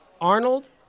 Arnold